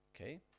Okay